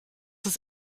ist